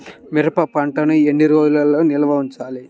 మిరప పంటను ఎన్ని రోజులు నిల్వ ఉంచాలి?